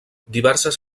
diverses